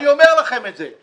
אני אומר לכם את זה,